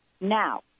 Now